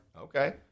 Okay